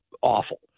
awful